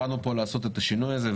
באנו פה לעשות את השינוי הזה,